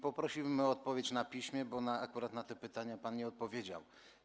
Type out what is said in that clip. Poprosiłbym o odpowiedź na piśmie, bo akurat na moje pytania pan nie odpowiedział.